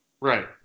Right